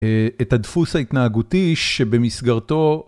את הדפוס ההתנהגותי שבמסגרתו.